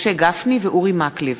משה גפני ואורי מקלב.